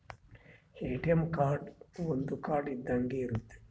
ATM card ಒಂದ್ card ಇದ್ದಂಗೆ ಇರುತ್ತೆ